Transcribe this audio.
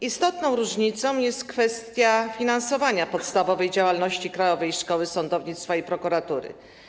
Istotną różnicą jest kwestia finansowania podstawowej działalności Krajowej Szkoły Sądownictwa i Prokuratury.